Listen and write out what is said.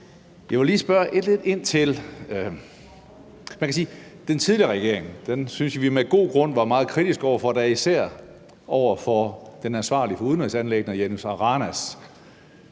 Den tidligere regering syntes vi med god grund var meget kritisk over for især den ansvarlige for udenrigsanliggender, Jenis